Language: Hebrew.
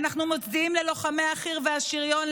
אנחנו מצדיעים ללוחמי החי"ר והשריון,